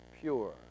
pure